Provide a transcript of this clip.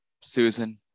Susan